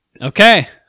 Okay